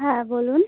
হ্যাঁ বলুন